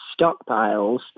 stockpiles